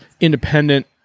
independent